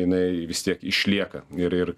jinai vis tiek išlieka ir ir